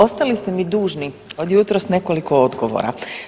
Ostali ste mi dužni od jutros nekoliko odgovora.